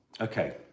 okay